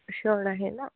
পিছত লাগে ন